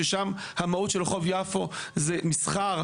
ששם המהות של רחוב יפו זה מסחר,